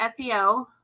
seo